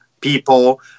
people